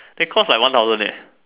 it costs like one thousand leh